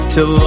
Till